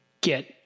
get